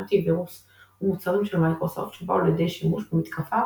אנטי-וירוס ומוצרים של מיקרוסופט שבאו לידי שימוש במתקפה